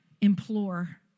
implore